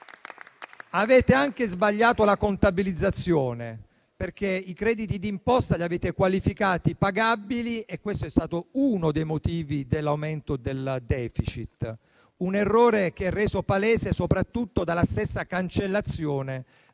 Avete anche sbagliato la contabilizzazione, perché i crediti d'imposta li avete qualificati come pagabili e questo è stato uno dei motivi dell'aumento del *deficit*. Tale errore è reso palese soprattutto dalla stessa cancellazione